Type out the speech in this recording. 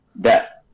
death